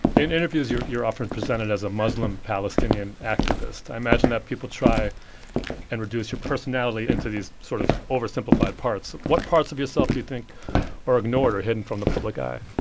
in interviews you're often presented as a muslim-palestinian activist. i imagine that people try and reduce your personality into these sort of oversimplified parts. what parts of yourself do you think are ignored or hidden from the public eye?